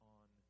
on